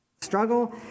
struggle